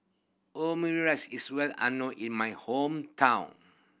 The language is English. omurice is well unknown in my hometown